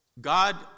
God